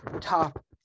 top